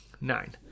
Nine